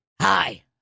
Hi